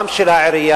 גם של העירייה,